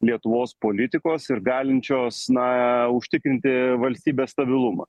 lietuvos politikos ir galinčios na užtikrinti valstybės stabilumą